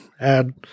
add